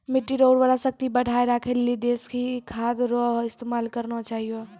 मिट्टी रो उर्वरा शक्ति बढ़ाएं राखै लेली देशी खाद रो इस्तेमाल करना चाहियो